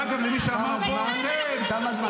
דרך אגב, למי שאמר פה -- תם הזמן.